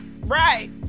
Right